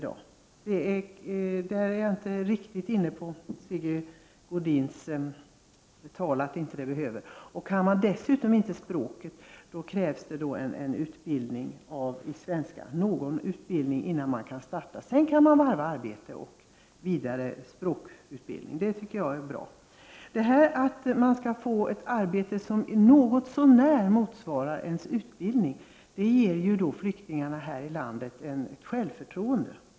Jag håller inte riktigt med Sigge Godins tal om att det inte behövs. För den som inte heller kan språket krävs det någon utbildning i svenska innan han kan börja arbeta, och sedan kan han varva arbete och vidare språkutbildning. Det är bra. Om flyktingarna här i landet kan få ett arbete som något så när motsvarar deras utbildning får de självförtroende.